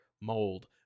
mold